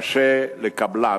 קשה לקבלן,